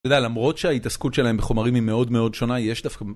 אתה יודע, למרות שההתעסקות שלהם בחומרים היא מאוד מאוד שונה, יש דווקא...